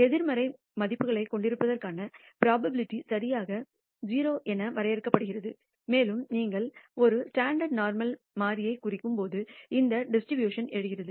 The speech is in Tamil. எதிர்மறை மதிப்புகளைக் கொண்டிருப்பதற்கான புரோபாபிலிடி சரியாக 0 என வரையறுக்கப்படுகிறது மேலும் நீங்கள் ஒரு ஸ்டாண்டர்ட் நோர்மல் மாறியைக் குறிக்கும் போது இந்த டிஸ்ட்ரிபியூஷன்எழுகிறது